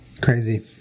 Crazy